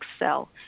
excel